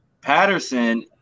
Patterson